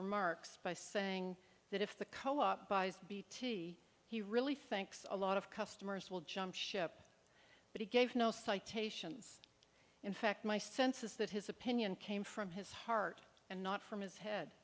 remarks by saying that if the co op buys bt he really thinks a lot of customers will jump ship but he gave no citations in fact my sense is that his opinion came from his heart and not from his head